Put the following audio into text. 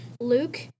Luke